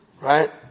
right